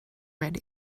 red